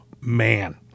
Man